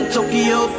Tokyo